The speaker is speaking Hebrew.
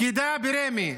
פקידה ברמ"י,